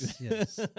Yes